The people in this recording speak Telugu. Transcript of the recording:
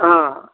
ఆ